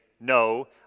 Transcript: no